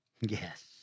Yes